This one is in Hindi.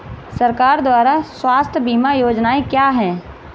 सरकार द्वारा स्वास्थ्य बीमा योजनाएं क्या हैं?